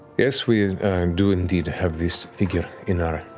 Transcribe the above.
yes, we do indeed have this figure in our